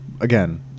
again